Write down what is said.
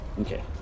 okay